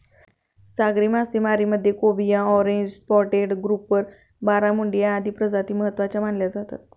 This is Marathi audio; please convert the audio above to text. सागरी मासेमारीमध्ये cobia, orange spotted grouper, barramundi आदी प्रजाती महत्त्वाच्या मानल्या जातात